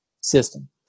system